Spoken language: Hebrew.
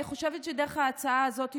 אני חושבת שדרך ההצעה הזאת,